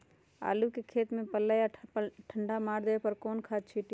आलू के खेत में पल्ला या ठंडा मार देवे पर कौन खाद छींटी?